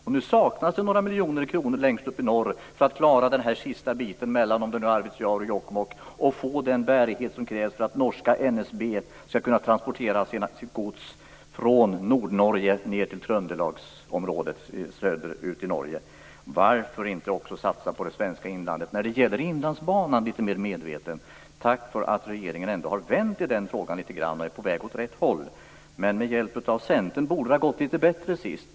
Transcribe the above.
Det saknas några miljoner kronor för att man skall klara den sista biten mellan Arvidsjaur och Jokkmokk längst upp i norr och skapa den bärighet som krävs för att norska NSB skall kunna transportera sitt gods fån Nordnorge ned till Trøndelagsområdet längre söderut i Norge. Varför inte också satsa på det svenska inlandet genom att litet mer medvetet satsa på Jag är tacksam för att regeringen ändå har vänt i den frågan och är på väg åt rätt håll. Med hjälp av Centern borde det ha gått litet bättre sist.